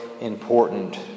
important